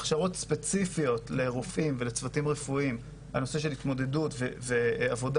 הכשרות ספציפיות לרופאים ולצוותים רפואיים בנושא של התמודדות ועבודה